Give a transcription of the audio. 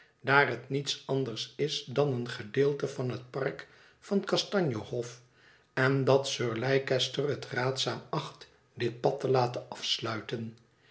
daar het niets anders is dan een gedeelte van het park van kastanje hof en dat sir leicester het raadzaam acht dit pad te laten afsluiten